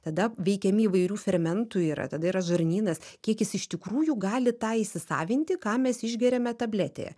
tada veikiami įvairių fermentų yra tada yra žarnynas kiek jis iš tikrųjų gali tą įsisavinti ką mes išgeriame tabletėje